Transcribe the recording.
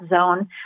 zone